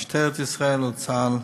משטרת ישראל או צה"ל,